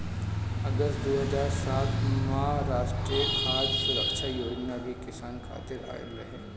अगस्त दू हज़ार सात में राष्ट्रीय खाद्य सुरक्षा योजना भी किसान खातिर आइल रहे